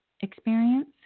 experience